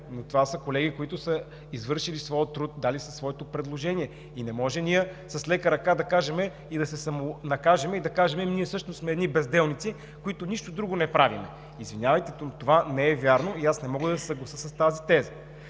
но това са колеги, които са извършили своя труд, дали са своето предложение и не може с лека ръка да кажем и да се самонакажем: ами ние всъщност сме едни безделници, които нищо друго не правим. Извинявайте, това не е вярно и аз не мога да се съглася с тази теза,